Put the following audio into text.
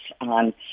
on